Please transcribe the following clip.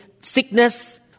sickness